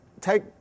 take